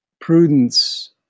prudence